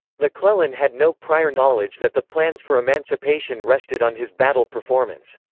mcclellan had no prior knowledge that the plans for emancipation rested on his battle performance.